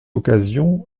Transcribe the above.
occasion